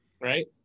right